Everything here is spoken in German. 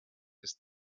ist